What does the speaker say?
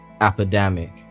epidemic